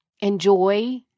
enjoy